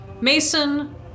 Mason